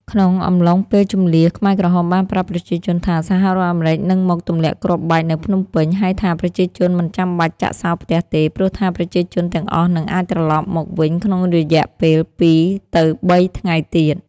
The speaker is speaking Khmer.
ក្នុងអំឡុងពេលជម្លៀស ខ្មែរក្រហមបានប្រាប់ប្រជាជនថា សហរដ្ឋអាមេរិកនឹងមកទម្លាក់គ្រាប់បែកនៅភ្នំពេញ ហើយថាប្រជាជនមិនចាំបាច់ចាក់សោផ្ទះទេ ព្រោះថាប្រជាជនទាំងអស់នឹងអាចត្រឡប់មកវិញក្នុងរយៈពេល ២-៣ ថ្ងៃទៀត។